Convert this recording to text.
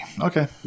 Okay